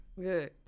Good